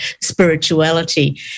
spirituality